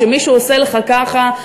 כשמישהו עושה לך ככה,